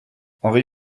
henry